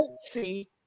see